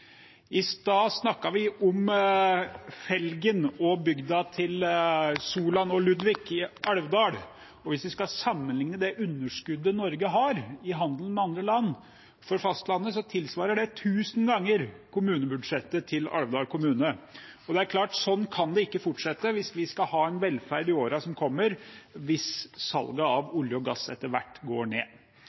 bygda til Solan og Ludvig i Alvdal. Hvis vi skal sammenligne det underskuddet Norge har i handelen med andre land for fastlandet, tilsvarer det tusen ganger kommunebudsjettet til Alvdal kommune. Det er klart at sånn kan det ikke fortsette hvis vi skal ha en velferd i årene som kommer, hvis salget av olje og gass etter hvert går ned.